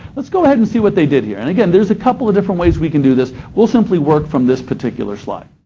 let's go ahead and see what they did here, and, again, there's a couple of different ways we can do this. we'll simply work from this particular slide.